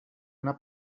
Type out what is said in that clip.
anar